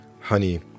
honey